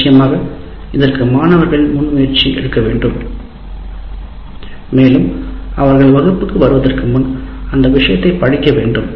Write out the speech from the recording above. நிச்சயமாக இதற்கு மாணவர்கள் முன்முயற்சி எடுக்க வேண்டும் மேலும் அவர்கள் வகுப்புக்கு வருவதற்கு முன் அந்த விஷயத்தைப் படிக்க வேண்டும்